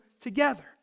together